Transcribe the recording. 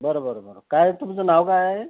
बरं बरं बरं काय तुमचं नाव काय आहे